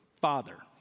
Father